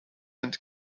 and